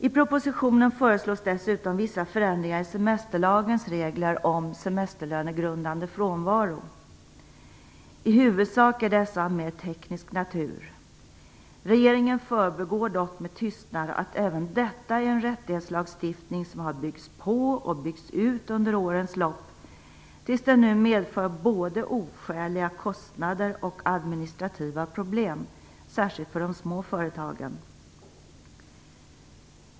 I propositionen föreslås dessutom vissa förändringar i semesterlagens regler om semesterlönegrundande frånvaro. I huvudsak är dessa av mer teknisk natur. Regeringen förbigår dock med tystnad att även detta är en rättighetslagstiftning som har byggts på och byggts ut under årens lopp, tills den nu medför både oskäliga kostnader och administrativa problem, särskilt för de små företagen.